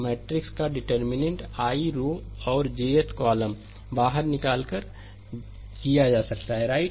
matrix का determinant i row और j th column बाहर निकाल कर किया जा सकता है राइट